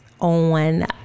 On